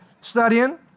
studying